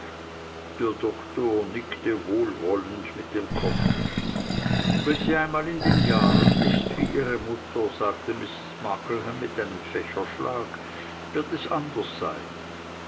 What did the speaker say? der doktor nickte wohlwollend mit dem kopf wenn sie einmal in den jahren ist wie ihre mutter sagte mrs markleham mit einem fächerschlag wird es anders sein